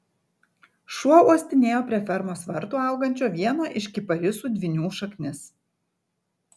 šuo uostinėjo prie fermos vartų augančio vieno iš kiparisų dvynių šaknis